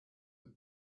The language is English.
had